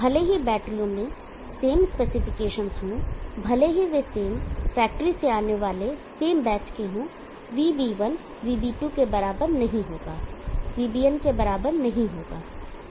भले ही बैटरियों में सेम स्पेक्स हो भले ही वे सेम फैक्ट्री से आने वाले सेम बैच के हों VB1 VB2 के बराबर नहीं होगा VBn के बराबर नहीं होगा